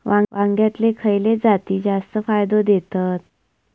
वांग्यातले खयले जाती जास्त फायदो देतत?